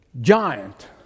giant